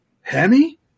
Hemi